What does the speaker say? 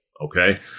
okay